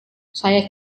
saya